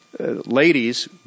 Ladies